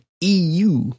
EU